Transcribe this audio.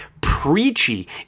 preachy